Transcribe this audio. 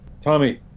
Tommy